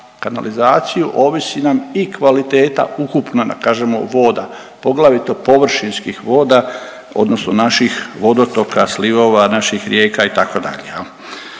ovisi nam i kvaliteta ukupna kažemo voda, poglavito površinskih voda odnosno naših vodotoka, slivova, naših rijeka itd.